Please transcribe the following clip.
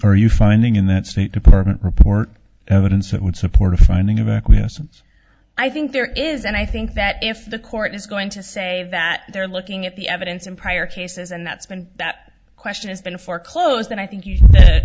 are you finding in that state department report evidence that would support a finding of acquiescence i think there is and i think that if the court is going to say that they're looking at the evidence in prior cases and that's been that question has been foreclosed on i think you